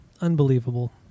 Unbelievable